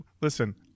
listen